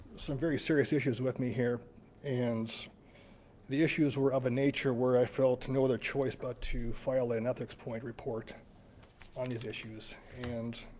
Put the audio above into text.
some very serious issues with me here and the issues were of a nature where i felt no other choice but to file an ethicspoint report on these issues. and